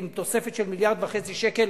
עם תוספת של מיליארד וחצי שקלים